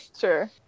sure